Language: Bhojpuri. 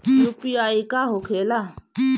यू.पी.आई का होखेला?